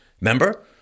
remember